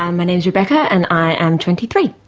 um my name's rebecca and i'm twenty three.